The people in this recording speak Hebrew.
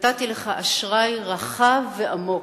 שנתתי לך אשראי רחב ועמוק.